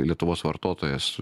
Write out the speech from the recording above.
lietuvos vartotojas